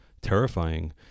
terrifying